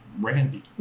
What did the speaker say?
Randy